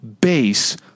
base